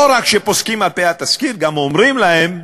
לא רק שפוסקים על-פי התסקיר, גם אומרים להם: